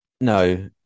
no